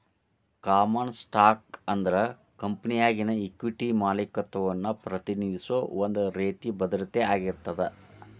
common stock ಅಂದ್ರ ಕಂಪೆನಿಯಾಗಿನ equity ಮಾಲೇಕತ್ವವನ್ನ ಪ್ರತಿನಿಧಿಸೋ ಒಂದ್ ರೇತಿ ಭದ್ರತೆ ಆಗಿರ್ತದ